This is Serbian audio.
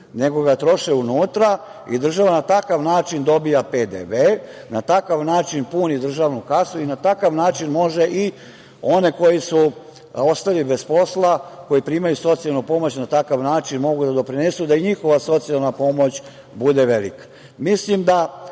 nego ga troše unutra i država na takav način dobija PDV, na takav način puni državnu kasu i na takav način može i one koji su ostali bez posla, koji primaju socijalnu pomoć, na takav način mogu da doprinesu da i njihova socijalna pomoć bude velika. Mislim